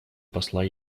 посла